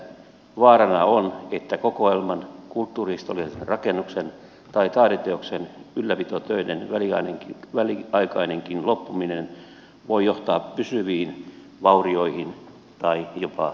vaarana on että kokoelman kulttuurihistoriallisen rakennuksen tai taideteoksen ylläpitotöiden väliaikainenkin loppuminen voi johtaa pysyviin vaurioihin tai jopa tuhoutumiseen